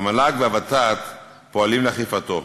והמל"ג והוות"ת פועלות לאכיפתו.